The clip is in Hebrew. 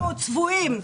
צבועים.